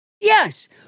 Yes